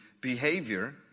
behavior